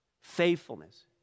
Faithfulness